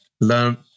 Learn